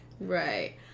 Right